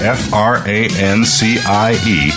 francie